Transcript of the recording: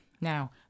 Now